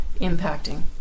impacting